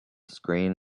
screen